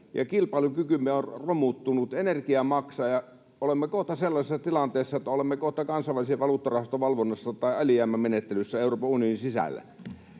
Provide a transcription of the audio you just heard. kilpailukykymme on romuttunut, energia maksaa, ja olemme kohta sellaisessa tilanteessa, että olemme kohta Kansainvälisen valuuttarahaston valvonnassa tai alijäämämenettelyssä Euroopan unionin sisällä.